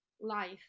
life